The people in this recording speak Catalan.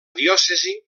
diòcesi